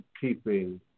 keeping